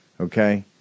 Okay